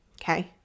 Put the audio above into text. Okay